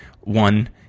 one